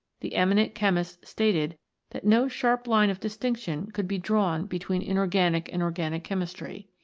the eminent chemist stated that no sharp line of distinction could be drawn between inorganic and organic chemistry.